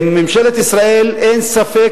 ממשלת ישראל, אין ספק